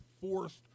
forced